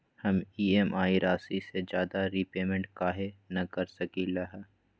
हम ई.एम.आई राशि से ज्यादा रीपेमेंट कहे न कर सकलि ह?